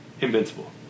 invincible